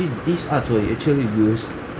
these arts were actually used